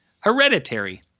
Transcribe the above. hereditary